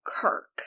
Kirk